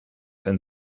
and